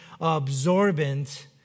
absorbent